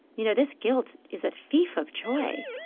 you know this guilt is a thief of joy.